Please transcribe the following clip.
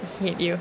hate you